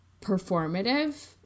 performative